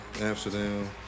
Amsterdam